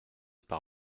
par